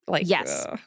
Yes